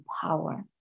power